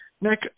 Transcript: Nick